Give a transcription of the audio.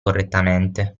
correttamente